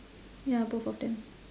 ya both of them